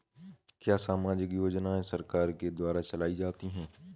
क्या सामाजिक योजनाएँ सरकार के द्वारा चलाई जाती हैं?